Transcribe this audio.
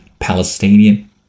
Palestinian